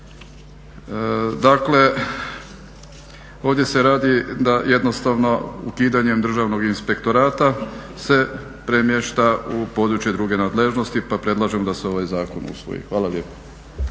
Dakle, ovdje se radi da jednostavno ukidanjem Državnog inspektorata se premješta u područje druge nadležnosti, pa predlažem da se ovaj zakon usvoji. Hvala lijepa.